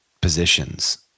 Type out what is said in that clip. positions